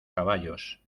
caballos